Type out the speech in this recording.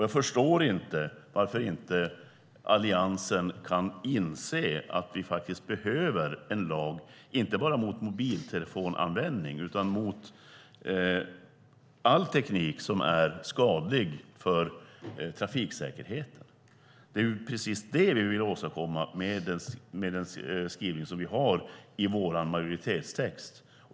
Jag förstår inte varför Alliansen inte kan inse att vi faktiskt behöver en lag inte bara mot mobiltelefonanvändning utan mot all teknik som är skadlig för trafiksäkerheten. Det är precis det vi vill åstadkomma med den skrivning vi har i vår majoritetstext.